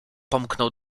pomknął